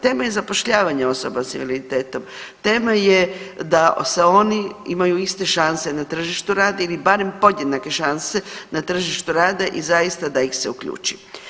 Tema je zapošljavanje osoba s invaliditetom, tema je da se oni, imaju iste šanse na tržištu rada ili barem podjednake šanse na tržištu rada i zaista da ih se uključi.